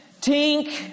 tink